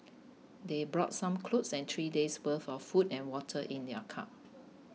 they brought some clothes and three days' worth of food and water in their car